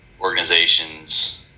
organizations